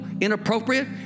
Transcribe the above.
inappropriate